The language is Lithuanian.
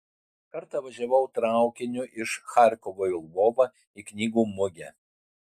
kartą važiavau traukiniu iš charkovo į lvovą į knygų mugę